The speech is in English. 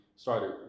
Started